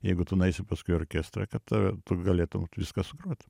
jeigu tu nueisi paskui į orkestrą kad tave tu galėtum viską sugrot